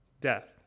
Death